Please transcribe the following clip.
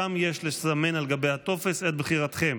שם יש לסמן על גבי הטופס את בחירתכם.